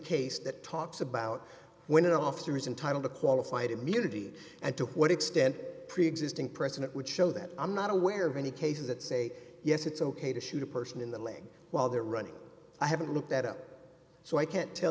case that talks about when an officer is entitle to qualified immunity and to what extent preexisting precedent which show that i'm not aware of any cases that say yes it's ok to shoot a person in the leg while they're running i haven't looked that up so i can't tell